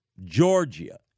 Georgia